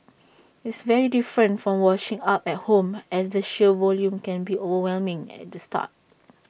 it's very different from washing up at home as the sheer volume can be overwhelming at the start